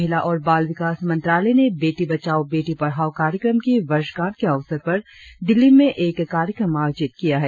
महिला और बाल विकास मंत्रालय ने बेटी बचाओं बेटी पढ़ाओ कार्यक्रम की वर्षगांठ के अवसर पर दिल्ली में एक कार्यक्रम आयोजित किया है